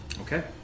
Okay